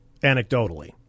anecdotally